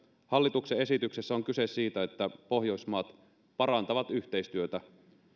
hallituksen esityksessä on kyse siitä että pohjoismaat parantavat yhteistyötä